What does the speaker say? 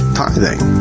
tithing